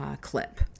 clip